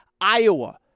Iowa